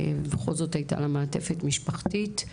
בכל זאת הייתה לה מעטפת משפחתית,